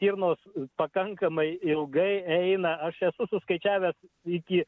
stirnos pakankamai ilgai eina aš esu suskaičiavęs iki